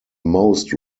most